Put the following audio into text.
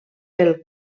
pel